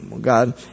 God